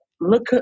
look